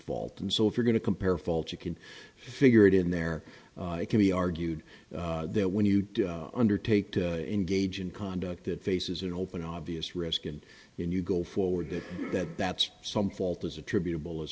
fault and so if you're going to compare fault you can figure it in there it can be argued that when you undertake to engage in conduct that faces an open obvious risk and when you go forward that that's some fault is attributable as